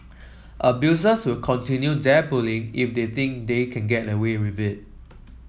abusers will continue their bullying if they think they can get away with it